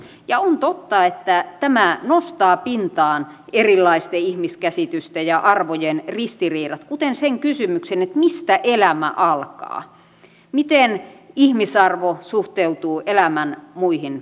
ja on totta että tämä nostaa pintaan erilaisten ihmiskäsitysten ja arvojen ristiriidat kuten sen kysymyksen mistä elämä alkaa miten ihmisarvo suhteutuu elämän muihin arvoihin